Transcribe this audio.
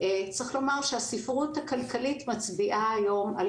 צריך לומר שהספרות הכלכלית מצביעה היום על